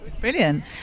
Brilliant